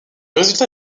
résultat